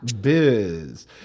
biz